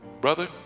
brother